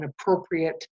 appropriate